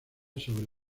sobre